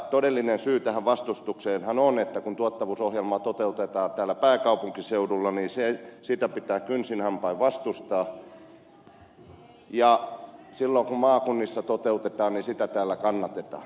todellinen syy tähän vastustukseenhan on että kun tuottavuusohjelmaa toteutetaan täällä pääkaupunkiseudulla sitä pitää kynsin hampain vastustaa ja silloin kun sitä maakunnissa toteutetaan sitä täällä kannatetaan